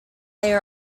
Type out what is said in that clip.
they